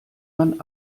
man